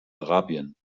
arabien